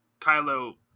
Kylo